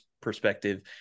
perspective